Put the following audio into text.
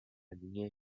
línea